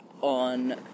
on